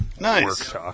Nice